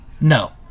no